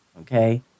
Okay